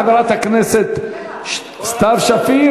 תודה לחברת הכנסת סתיו שפיר.